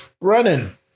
Running